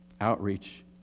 Outreach